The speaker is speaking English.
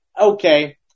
okay